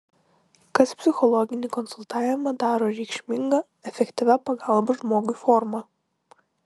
kas psichologinį konsultavimą daro reikšminga efektyvia pagalbos žmogui forma